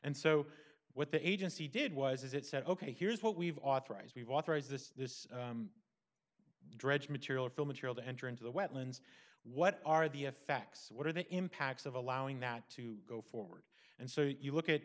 and so what the agency did was it said ok here's what we've authorized we've authorized this dredge material fill material to enter into the wetlands what are the effects what are the impacts of allowing that to go forward and so you look at